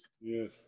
Yes